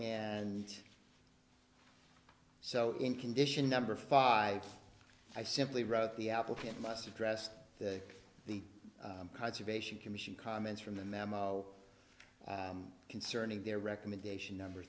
and so in condition number five i simply wrote the applicant must address the conservation commission comments from the memo concerning their recommendation number